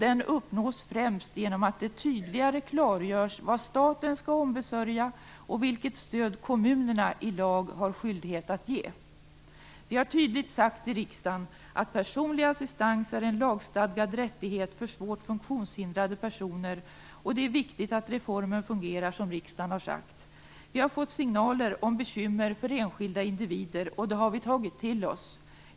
Den uppnås främst genom att det tydligare klargörs vad staten skall ombesörja och vilket stöd kommunerna i lag har skyldighet att ge. Vi har tydligt sagt i riksdagen att personlig assistans är en lagstadgad rättighet för svårt funktionshindrade personer och att det är viktigt att reformen fungerar som riksdagen har sagt. Vi har fått signaler om bekymmer för enskilda individer. Det har vi tagit till oss.